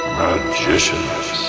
magicians